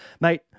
Mate